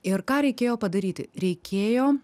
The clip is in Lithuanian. ir ką reikėjo padaryti reikėjo